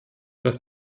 dass